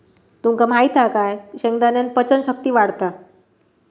तुमका माहित हा काय शेंगदाण्यान पचन शक्ती वाढता